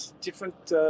different